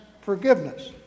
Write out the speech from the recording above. forgiveness